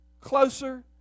closer